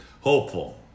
Hopeful